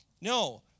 No